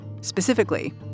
Specifically